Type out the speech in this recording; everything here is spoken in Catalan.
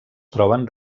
troben